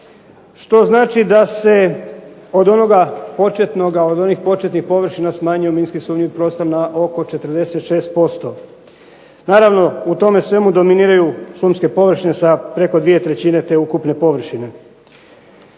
početnoga, od onih početnih površina smanjio minski sumnjivi prostor na oko 46%. Naravno, u tome svemu dominiraju šumske površine sa preko dvije trećine te ukupne površine.